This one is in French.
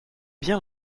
bien